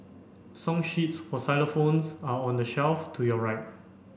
song sheets for xylophones are on the shelf to your right